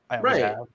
Right